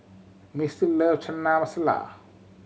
Mistie love Chana Masala